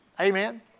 Amen